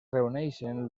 reuneixen